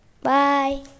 Bye